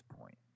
point